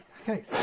okay